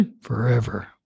forever